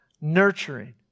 nurturing